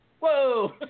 whoa